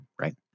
right